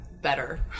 better